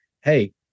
hey